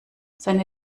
seine